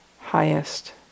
highest